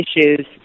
issues